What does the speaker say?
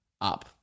up